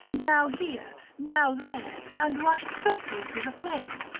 now here, now there and rushed swiftly through the flame.